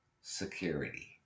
security